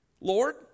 Lord